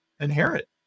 inherit